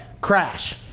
Crash